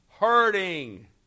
Hurting